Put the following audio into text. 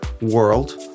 world